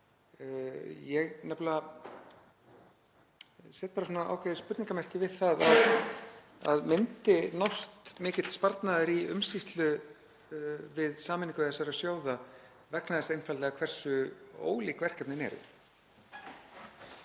set nefnilega ákveðið spurningarmerki við að það myndi nást mikill sparnaður í umsýslu við sameiningu þessara sjóða vegna þess einfaldlega hversu ólík verkefnin eru.